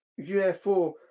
UFO